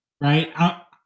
right